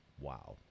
Wow